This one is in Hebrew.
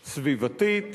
סביבתית,